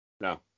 No